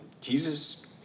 Jesus